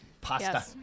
pasta